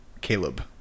Caleb